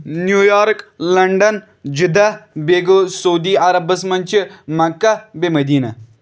New York London Jeddah بیٚیہِ گوٚو سعودی عربَس منٛز چھِ مَکّہ بیٚیہِ مٔدیٖنہ